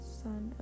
son